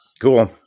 Cool